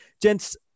Gents